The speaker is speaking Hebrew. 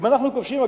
אנחנו כובשים,